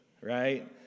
right